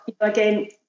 again